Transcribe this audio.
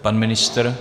Pan ministr?